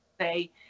say